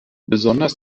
besonders